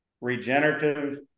regenerative